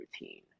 routine